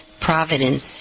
providence